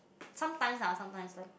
sometimes ah sometimes